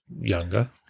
younger